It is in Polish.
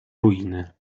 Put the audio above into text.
ruiny